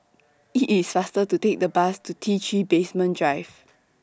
IT IS faster to Take The Bus to T three Basement Drive